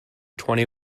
twenty